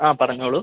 ആ പറഞ്ഞുകൊള്ളൂ